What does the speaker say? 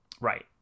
Right